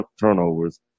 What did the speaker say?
turnovers